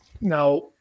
Now